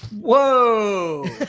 Whoa